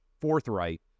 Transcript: forthright